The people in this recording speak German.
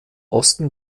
osten